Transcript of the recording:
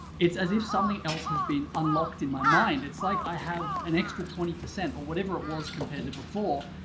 it's as if something else has been unlocked in my mind. it's like i have an extra twenty, or whatever it was, compared to before,